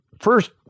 first